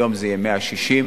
היום זה יהיה 160 שקל.